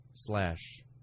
Slash